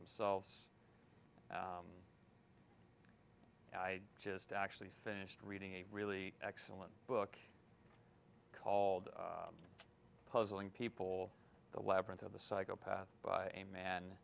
themselves i just actually finished reading a really excellent book called puzzling people the labyrinth of the psychopath by a man